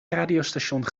radiostation